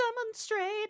demonstrate